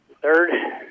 Third